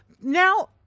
now